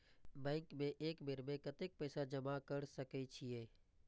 Bank में एक बेर में कतेक पैसा जमा कर सके छीये?